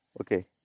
okay